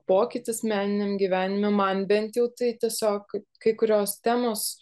pokytis meniniam gyvenime man bent jau tai tiesiog kai kurios temos